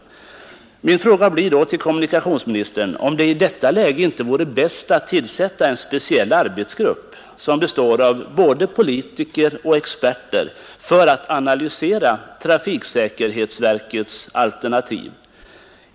Min fråga till kommunikationsministern blir då om det i detta läge inte vore bäst att tillsätta en speciell arbetsgrupp, bestående av både politiker och experter, för att analysera trafiksäkerhetsverkets förslag.